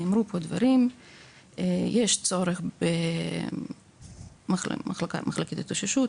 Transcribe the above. יש צורך במחלקת התאוששות,